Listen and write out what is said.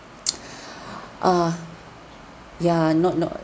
uh ya not not